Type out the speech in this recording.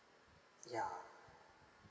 ya